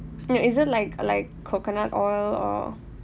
no is it like like coconut oil or